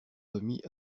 remit